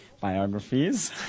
biographies